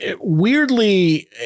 weirdly